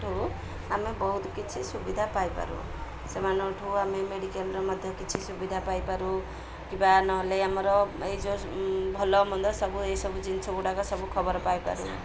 ଠୁ ଆମେ ବୋହୁତ କିଛି ସୁବିଧା ପାଇପାରୁ ସେମାନଙ୍କ ଠୁ ଆମେ ମେଡ଼ିକାଲ୍ର ମଧ୍ୟ କିଛି ସୁବିଧା ପାଇପାରୁ କିମ୍ବା ନହେଲେ ଆମର ଏଇ ଯେଉଁ ଭଲ ମନ୍ଦ ସବୁ ଏଇସବୁ ଜିନିଷ ଗୁଡ଼ାକ ସବୁ ଖବର ପାଇ